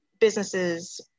Businesses